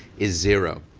is zero.